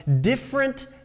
different